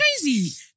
crazy